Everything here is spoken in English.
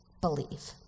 believe